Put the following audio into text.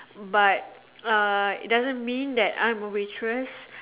but uh it doesn't mean that I'm a waitress